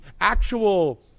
actual